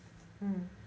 mm